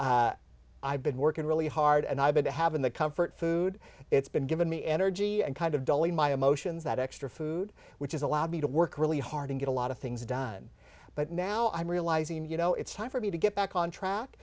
you i've been working really hard and i've had to have in the comfort food it's been given me energy and kind of belly my emotions that extra food which is allowed me to work really hard and get a lot of things done but now i'm realizing you know it's time for me to get back on track